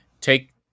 take